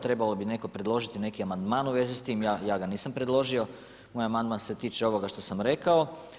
Trebalo bi netko predložiti neki amandman u vezi s tim, ja ga nisam predložio, moj amandman se tiče ovoga što sam rekao.